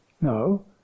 No